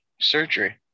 surgery